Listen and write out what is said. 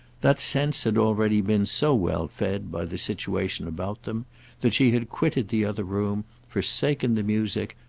that sense had already been so well fed by the situation about them that she had quitted the other room, forsaken the music,